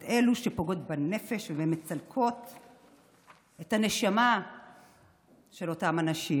את אלו שפוגעות בנפש ומצלקות את הנשמה של אותם אנשים.